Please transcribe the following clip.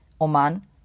Oman